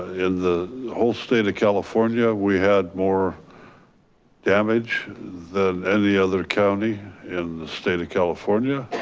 in the whole state of california we had more damage the any other county in the state of california,